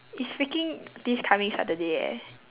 it's freaking this coming saturday eh